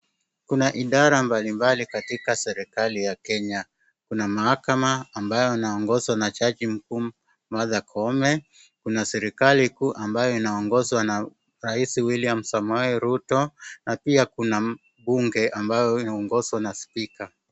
Kuna idara mbalimbali katika serikali ya Kenya. Kuna mahakama ambayo inaongozwa na Martha Koome, kuna serikali kuu ambayo inaongozwa na rais William Samoei Ruto na pia kuna bunge ambayo inaongozwa na spika.